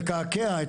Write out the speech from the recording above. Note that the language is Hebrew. לקעקע,